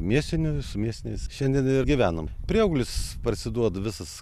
mėsinių su mėsiniais šiandien ir gyvenam prieauglis parsiduoda visas